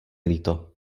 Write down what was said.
líto